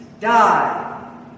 die